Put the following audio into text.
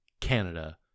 canada